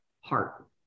heart